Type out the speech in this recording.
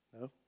No